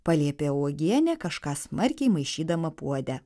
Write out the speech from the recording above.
paliepė uogienė kažką smarkiai maišydama puode